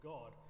God